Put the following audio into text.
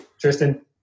Tristan